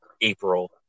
April